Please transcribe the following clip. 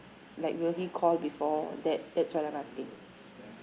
like will he call before that that's what I'm asking